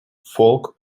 folk